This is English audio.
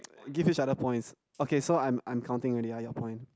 give each other points okay so I'm I'm counting already ah your point